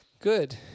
Good